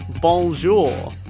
bonjour